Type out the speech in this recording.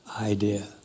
idea